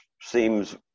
seems